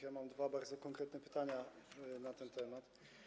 Ja mam dwa bardzo konkretne pytania na ten temat.